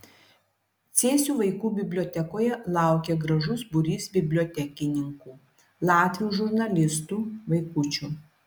cėsių vaikų bibliotekoje laukė gražus būrys bibliotekininkų latvių žurnalistų vaikučių